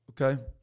Okay